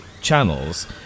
channels